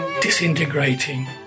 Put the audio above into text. disintegrating